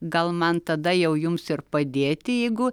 gal man tada jau jums ir padėti jeigu